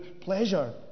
pleasure